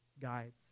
guides